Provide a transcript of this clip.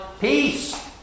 peace